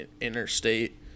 interstate